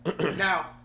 Now